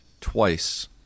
twice –